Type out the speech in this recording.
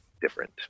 different